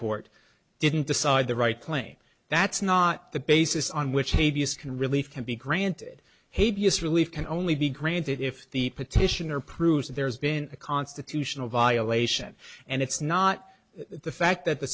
court didn't decide the right claim that's not the basis on which p b s can relief can be granted hideous relief can only be granted if the petitioner proves that there's been a constitutional violation and it's not the fact that the